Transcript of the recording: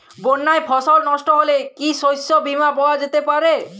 বন্যায় ফসল নস্ট হলে কি শস্য বীমা পাওয়া যেতে পারে?